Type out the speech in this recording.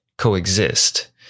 coexist